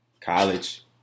College